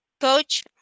Coach